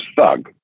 thug